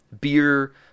beer